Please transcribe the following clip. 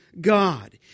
God